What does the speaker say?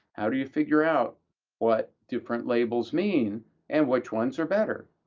how do you figure out what different labels mean and which ones are better?